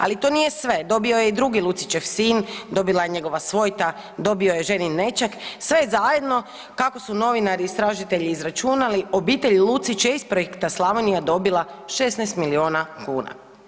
Ali to nije sve, dobio je i drugi Lucićev sin, dobila je i njegova svojta, dobio je ženin nećak, sve zajedno kako su novinari istražitelji izračunali, obitelj Lucić je iz projekta Slavonija dobila 16 milijuna kuna.